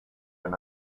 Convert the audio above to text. when